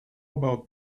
about